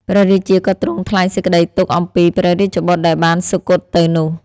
ព្រះរាជាក៏ទ្រង់ថ្លែងសេចក្ដីទុក្ខអំពីព្រះរាជបុត្រដែលបានសុគត់ទៅនោះ។